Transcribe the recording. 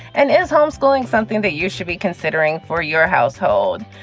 and is homeschooling something that you should be considering for your household?